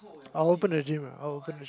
I'll open a gym lah I open the